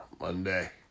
Monday